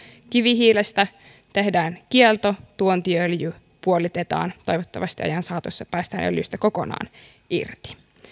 kivihiilestä tehdään kielto tuontiöljy puolitetaan toivottavasti ajan saatossa päästään öljystä kokonaan irti